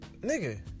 nigga